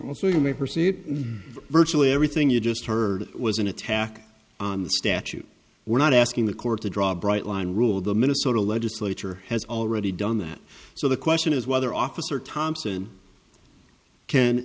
also you may proceed in virtually everything you just heard was an attack on the statute we're not asking the court to draw a bright line rule the minnesota legislature has already done that so the question is whether officer thompson